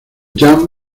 teatro